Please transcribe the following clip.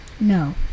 No